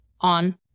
on